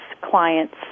clients